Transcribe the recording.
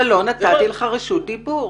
אבל לא נתתי לך רשות דיבור.